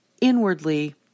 inwardly